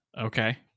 Okay